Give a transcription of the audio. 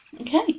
Okay